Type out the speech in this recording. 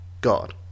God